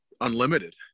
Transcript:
unlimited